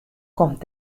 komt